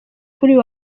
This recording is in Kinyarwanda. uyu